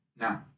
No